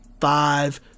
five